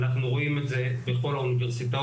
אנחנו רואים את זה בכל האוניברסיטאות,